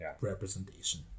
representation